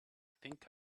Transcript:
think